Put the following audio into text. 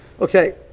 Okay